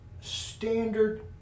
standard